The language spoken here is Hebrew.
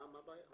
מה הבעיה?